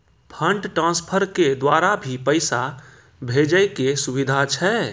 Fund transfer के द्वारा भी पैसा भेजै के सुविधा छै?